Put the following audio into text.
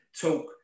talk